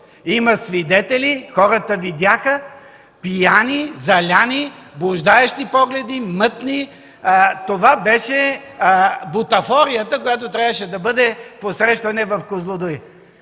Има свидетели. Хората видяха – пияни-заляни, блуждаещи погледи, мътни… Това беше бутафорията, която трябваше да бъде „Посрещане в „Козлодуй”.”